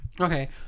Okay